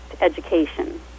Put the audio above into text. Education